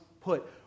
put